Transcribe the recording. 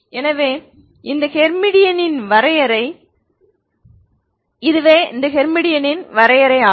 எனவே இது ஹெர்மிடியனின் வரையறை